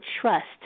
trust